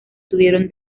tuvieron